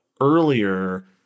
earlier